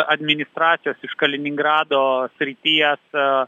administracijos iš kaliningrado srities